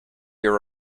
your